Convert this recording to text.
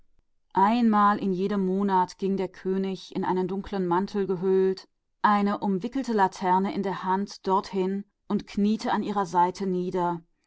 einmal in jedem monat ging der könig in einen dunklen mantel eingeschlagen und eine umhüllte laterne in der hand hinein und kniete an ihrer seite